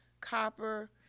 copper